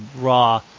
Raw